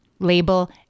label